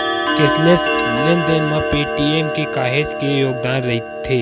cashless लेन देन म पेटीएम के काहेच के योगदान रईथ